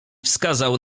wskazał